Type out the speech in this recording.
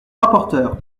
rapporteur